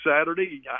Saturday